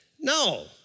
no